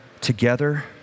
together